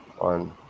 on